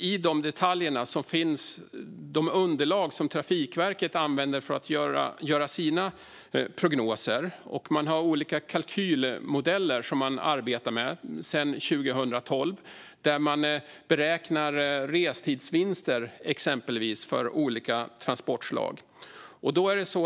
I de detaljerna finns de underlag som Trafikverket använder för att göra sina prognoser. Man har sedan 2012 arbetat med olika kalkylmodeller, exempelvis när man beräknar restidsvinster för olika transportslag.